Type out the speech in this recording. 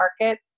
market